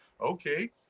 okay